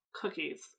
cookies